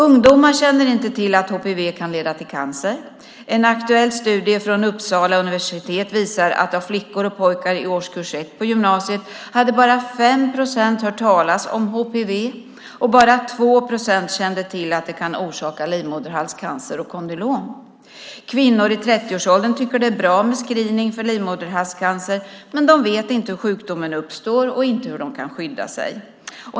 Ungdomar känner inte till att HPV kan leda till cancer. En aktuell studie från Uppsala universitet visar att av flickor och pojkar i årskurs 1 på gymnasiet hade bara 5 procent hört talas om HPV. Bara 2 procent kände till att det kan orsaka livmoderhalscancer och kondylom. Kvinnor i 30-årsåldern tycker att det är bra med screening för livmoderhalscancer, men de vet inte hur sjukdomen uppstår och inte hur de kan skydda sig.